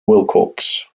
wilcox